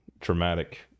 traumatic